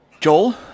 Joel